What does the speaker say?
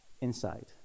Inside